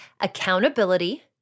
accountability